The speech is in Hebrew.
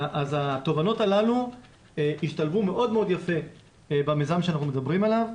אז התובנות הללו השתלבו מאוד יפה במיזם שאנחנו מדברים עליו.